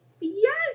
Yes